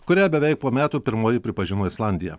kurią beveik po metų pirmoji pripažino islandija